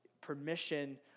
permission